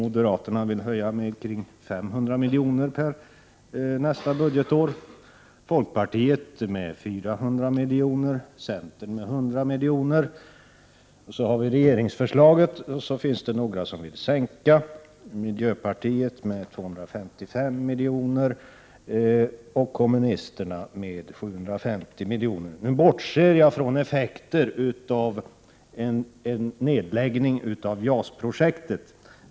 Moderaterna vill höja anslaget med 500 milj.kr. för nästa budgetår, folkpartiet vill höja med 400 milj.kr., och centern med 100 milj.kr. Utöver dessa förslag finns regeringsförslaget, och sedan finns det några partier som vill sänka anslagen. Miljöpartiet vill sänka med 255 milj.kr., och vänsterpartiet kommunisterna vill sänka med 750 milj.kr. Jag bortser här från effekter av en eventuell nedläggning av JAS projektet.